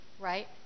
right